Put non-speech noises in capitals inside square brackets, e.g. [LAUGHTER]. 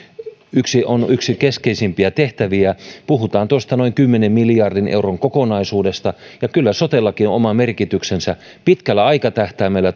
yksi sipilän hallituksen keskeisimpiä tehtäviä puhutaan noin kymmenen miljardin euron kokonaisuudesta ja kyllä sotellakin on oma merkityksensä pitkällä aikatähtäimellä [UNINTELLIGIBLE]